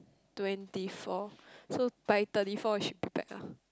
twenty four so by thirty four we should be back lah